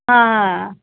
हां